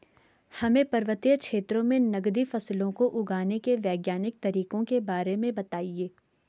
हमें पर्वतीय क्षेत्रों में नगदी फसलों को उगाने के वैज्ञानिक तरीकों के बारे में बताइये?